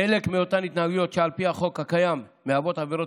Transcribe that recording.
חלק מאותן התנהגויות שעל פי החוק הקיים מהוות עבירות